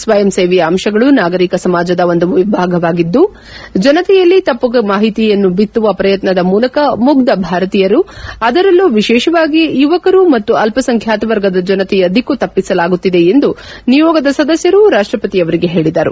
ಸ್ವಯಂ ಸೇವೆಯ ಅಂಶಗಳು ನಾಗರಿಕ ಸಮಾಜದ ಒಂದು ವಿಭಾಗವಾಗಿದ್ದು ಜನತೆಯಲ್ಲಿ ತಪ್ಪು ಮಾಹಿತಿಯನ್ನು ಬಿತ್ತುವ ಪ್ರಯತ್ನದ ಮೂಲಕ ಮುಗ್ದ ಭಾರತೀಯರು ಅದರಲ್ಲೂ ವಿಶೇಷವಾಗಿ ಯುವಕರು ಮತ್ತು ಅಲ್ಪಸಂಖ್ಯಾತ ವರ್ಗದ ಜನತೆಯ ದಿಕ್ಕು ತಪ್ಪಿಸಲಾಗುತ್ತಿವೆ ಎಂದು ನಿಯೋಗದ ಸದಸ್ಯರು ರಾಷ್ಟಪತಿಯವರಿಗೆ ಹೇಳಿದರು